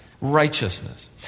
righteousness